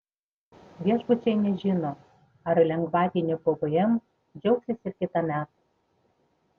viešbučiai nežino ar lengvatiniu pvm džiaugsis ir kitąmet